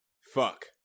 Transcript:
Fuck